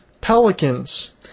Pelicans